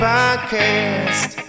Podcast